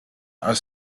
are